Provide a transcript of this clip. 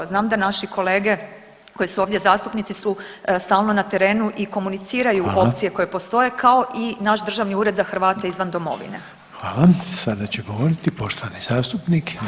Znam da naši kolege koji su ovdje zastupnici su stalno na terenu i komuniciraju opcije koje postoje [[Upadica: Hvala.]] kao i naš Državni ured za Hrvate izvan domovine.